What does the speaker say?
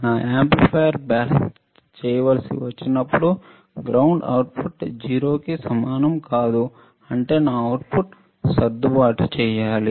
నా యాంప్లిఫైయర్ను బ్యాలెన్స్ చేయవలసి వచ్చినప్పుడు గ్రౌండ్ అవుట్పుట్ 0 కి సమానం కాదు అంటే నా అవుట్పుట్ సర్దుబాటు చేయాలి